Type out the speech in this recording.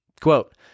quote